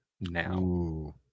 Now